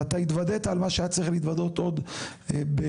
ואתה התוודית על מה שהיה צריך להתוודות עוד בראשית,